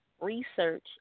Research